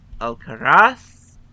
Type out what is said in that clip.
Alcaraz